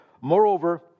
Moreover